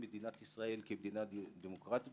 שמדינת ישראל כמדינה דמוקרטית,